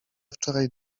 wczoraj